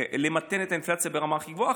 למתן את האינפלציה ברמה הכי גבוהה.